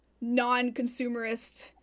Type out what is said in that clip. non-consumerist